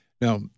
Now